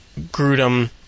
Grudem